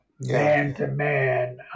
man-to-man